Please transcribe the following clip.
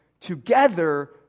together